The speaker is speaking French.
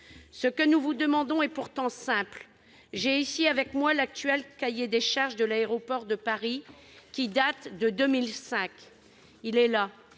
Ce que nous vous demandons est pourtant simple. J'ai ici avec moi l'actuel cahier des charges d'Aéroports de Paris qui date de 2005. Nous